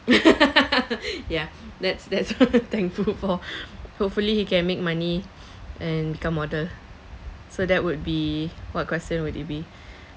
ya that's that's what I'm thankful for hopefully he can make money and become model so that would be what question would it be